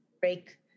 break